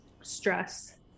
stress